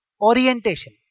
orientation